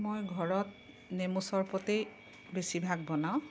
মই ঘৰত নেমু চৰবতেই বেছিভাগ বনাওঁ